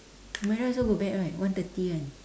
humaira also go back right one thirty kan